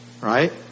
Right